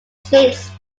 plates